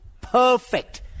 Perfect